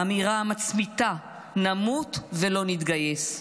האמירה המצמיתה, "נמות ולא נתגייס"